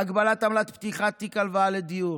הגבלת עמלת פתיחת תיק הלוואה לדיור,